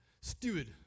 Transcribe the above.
steward